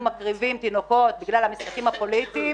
מקריבים תינוקות בגלל המשחקים הפוליטיים,